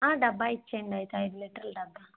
డబ్బా ఇచ్చేయండి అయితే అయిదు లీటర్ల డబ్బా